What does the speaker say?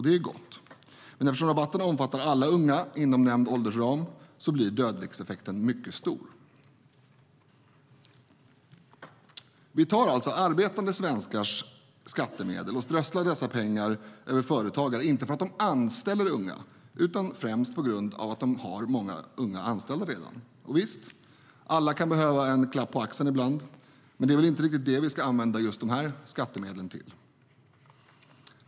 Det är gott. Men eftersom rabatten omfattar alla unga inom nämnd åldersram blir dödviktseffekten mycket stor. Vi tar alltså arbetande svenskars skattemedel och strösslar dessa pengar över företagare, inte för att de anställer unga utan främst på grund av att de redan har många unga anställda. Visst kan alla behöva en klapp på axeln ibland. Men det är väl inte riktigt det vi ska använda just de här skattemedlen till.